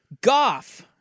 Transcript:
Goff